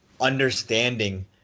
understanding